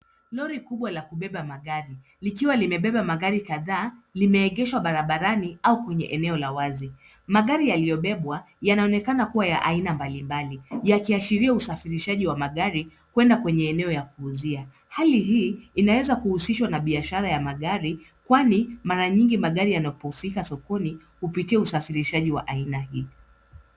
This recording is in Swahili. Lori kubwa la kubeba magari likiwa limebeba magari kadhaa limeegeshwa barabarani au kwenye eneo la wazi. Magari yaliyobebwa yanaonekana kuwa aina mbalimbali yakiashiria usafirishaji wa magari kwenda kwenye eneo ya kuuzia. Hali hii inaweza kuhusishwa na biashara ya magari kwani mara nyingi magari yanapofika sokoni hupitia usafirishaji wa aina hii.